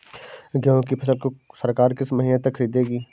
गेहूँ की फसल को सरकार किस महीने तक खरीदेगी?